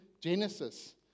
Genesis